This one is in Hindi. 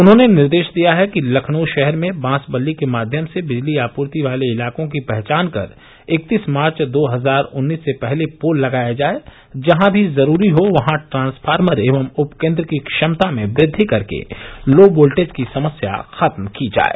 उन्होंने निर्देश दिया है कि लखनऊ शहर में बांस बल्ली के माध्यम से बिजली आपूर्ति वाले इलाकों की पहचान कर इकतीस मार्च दो हजार उन्नीस से पहले पोल लगाय जाऐ जहां भी जरूरी हो वहां ट्रांसफार्मर एवं उपकेन्द्र की क्षमता में वृद्वि कर के लो वोल्टेज की समस्या खत्म की जाये